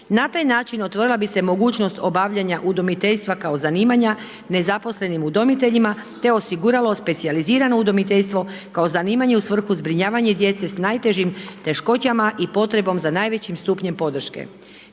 Na taj način otvorila bi se mogućnost obavljanja udomiteljstva kao zanimanja nezaposlenim udomiteljima te osiguralo specijalizirano udomiteljstvo kao zanimanje u svrhu zbrinjavanje djece sa najtežim teškoćama i potrebom za najvećim stupnjem podrške.